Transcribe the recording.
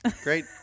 Great